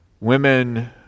women